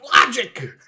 logic